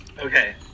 Okay